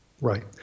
Right